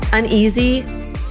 Uneasy